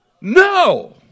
No